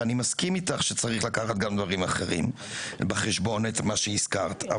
ואני מסכים איתך שצריך לקחת גם דברים אחרים בחשבון את מה שהזכרת.